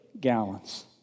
gallons